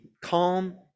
calm